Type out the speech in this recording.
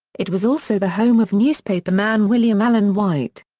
it was also the home of newspaper man william allen white.